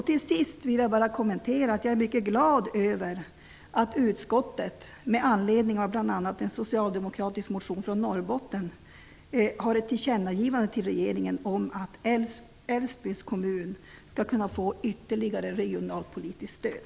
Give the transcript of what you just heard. Till sist vill jag bara säga att jag är mycket glad över att utskottet, bl.a. med anledning av en socialdemokratisk motion från Norrbotten, har ett tillkännagivande till regeringen om att Älvsbyns kommun skall kunna få ytterligare regionalpolitiskt stöd.